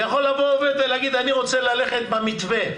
ויכול לבוא עובד ולהגיד: אני רוצה ללכת במתווה.